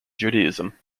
judaism